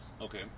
Okay